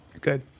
good